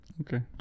Okay